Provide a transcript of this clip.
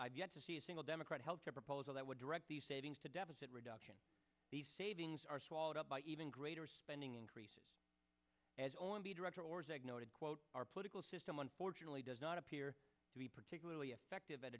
i've yet to see a single democrat healthcare proposal that would direct the savings to deficit reduction the savings are swallowed up by even greater spending increases as only director orszag noted quote our political system one fortunately does not appear to be particularly effective at